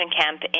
camp